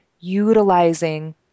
utilizing